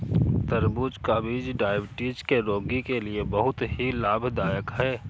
तरबूज का बीज डायबिटीज के रोगी के लिए बहुत ही लाभदायक है